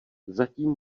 zatím